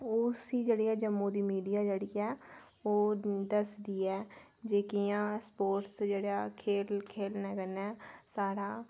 ओह् उसी जेह्डी ऐ जम्मू दी मिडिया जेह्ड़ी ऐ ओह् जरूर दसदी ऐ के कियां स्पोटस जेह्ड़ा ऐ खेल खेलने कन्नै साढ़ा